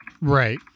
Right